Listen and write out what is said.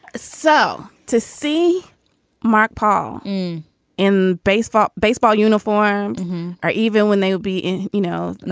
so to see mark paul in baseball, baseball uniforms are even when they will be in, you know know,